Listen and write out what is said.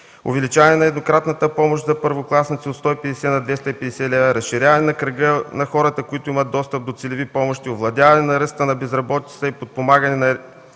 увеличаване на еднократната помощ за първокласници от 150 на 250 лева, разширяване на кръга на хората, които имат достъп до целеви помощи, овладяване на ръста на безработицата и подпомагане на реализацията